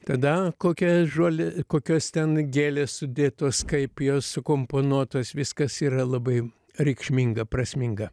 tada kokia žolė kokios ten gėlės sudėtos kaip jos sukomponuotos viskas yra labai reikšminga prasminga